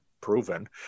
proven